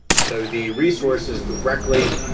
so, the resources directly,